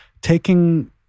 taking